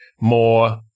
more